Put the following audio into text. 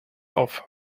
auf